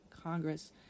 Congress